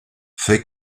fait